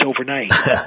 overnight